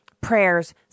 prayers